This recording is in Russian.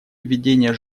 введение